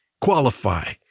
qualify